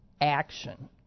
action